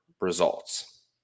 results